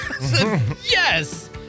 yes